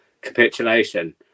capitulation